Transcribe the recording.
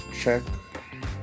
check